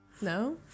No